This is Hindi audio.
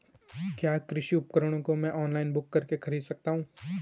क्या कृषि उपकरणों को मैं ऑनलाइन बुक करके खरीद सकता हूँ?